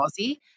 Aussie